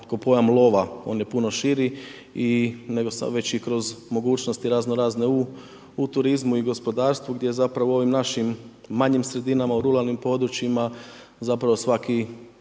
ko pojam lova, on je puno širi i nego sad već i kroz mogućnosti razno razne u turizmu i gospodarstvu gdje zapravo u ovim našim manjim sredinama u ruralnim područjima zapravo svaki